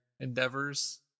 endeavors